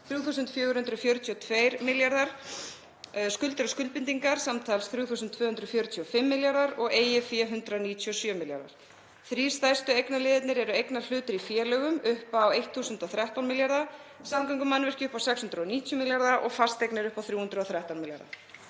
3.442 milljarðar kr., skuldir og skuldbindingar samtals 3.245 milljarðar og eigið fé 197 milljarðar. Þrír stærstu eignaliðirnir eru eignarhlutir í félögum upp á 1.013 milljarða, samgöngumannvirki upp á 690 milljarða og fasteignir upp á 313 milljarða.